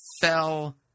fell